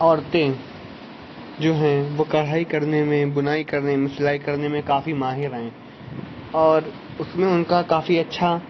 عورتیں جو ہیں وہ کڑھائی کرنے میں بنائی کرنے میں سلائی کرنے میں کافی ماہر ہیں اور اس میں ان کا کافی اچھا